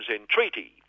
entreaty